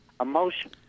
emotion